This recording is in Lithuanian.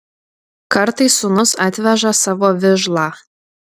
kartais sūnus atveža savo vižlą